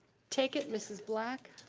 take it mrs. black.